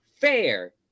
fair